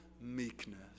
meekness